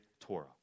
Torah